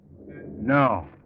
No